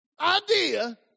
idea